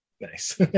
Nice